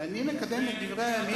אני מקדם את דברי הימים.